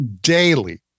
daily